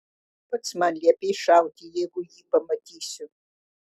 pats man liepei šauti jeigu jį pamatysiu